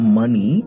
money